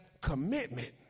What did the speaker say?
commitment